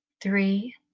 three